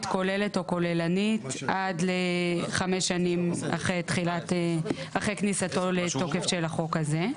כוללת או כוללנית עד לחמש שנים אחרי כניסתו לתוקף של החוק הזה.